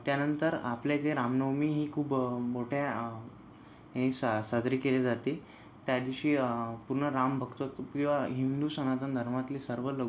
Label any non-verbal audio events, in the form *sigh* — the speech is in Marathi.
त्यानंतर आपले जे रामनवमी ही खूप मोठ्या सा साजरी केली जाते त्या दिवशी पूर्ण राम भक्त *unintelligible* हिंदू सनातन धर्मातले सर्व लोक